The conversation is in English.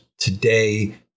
today